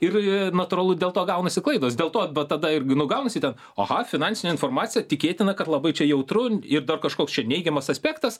ir natūralu dėl to gaunasi klaidos dėl to vat tada ir nu gaunasi ten aha finansinė informacija tikėtina kad labai čia jautru ir dar kažkoks čia neigiamas aspektas